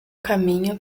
caminho